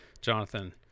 Jonathan